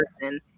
person